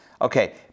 Okay